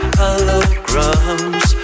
holograms